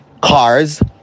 cars